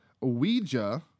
Ouija